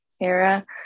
era